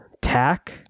Tack